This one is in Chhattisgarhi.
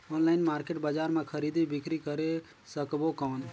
ऑनलाइन मार्केट बजार मां खरीदी बीकरी करे सकबो कौन?